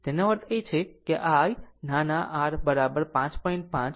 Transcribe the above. તેનો અર્થ એ કે I નાના r 5